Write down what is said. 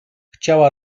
chciała